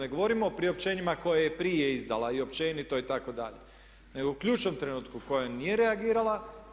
Ne govorim o priopćenjima koje je prije izdala i općenito itd., nego u ključnom trenutku u kojem nije reagirala.